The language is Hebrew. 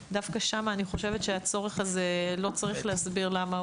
אני חושבת שאין צורך להסביר את הצורך.